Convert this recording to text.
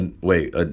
Wait